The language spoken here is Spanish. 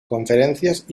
conferencias